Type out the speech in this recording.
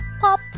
Pop